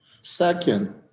Second